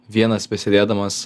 vienas besėdėdamas